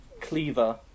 cleaver